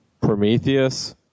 Prometheus